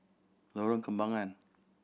Lorong Kembangan